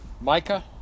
Micah